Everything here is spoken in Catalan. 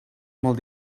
molt